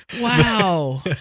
Wow